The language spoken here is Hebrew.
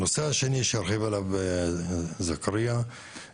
הנושא השני שארחיב עליו, זכריא,